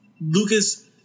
Lucas